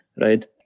right